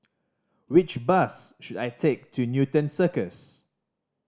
which bus should I take to Newton Circus